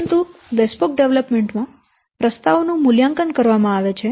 પરંતુ bespoke development માં પ્રસ્તાવ નું મૂલ્યાંકન કરવામાં આવે છે